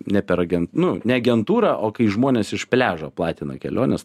ne per agen nu ne agentūrą o kai žmonės iš pliažo platina keliones